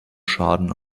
schaden